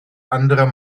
andere